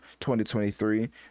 2023